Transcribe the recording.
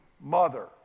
mother